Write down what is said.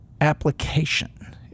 application